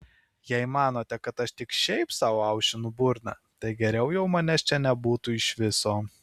jei manote kad aš tik šiaip sau aušinu burną tai geriau jau manęs čia nebūtų iš viso